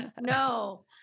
No